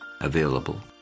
available